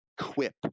equip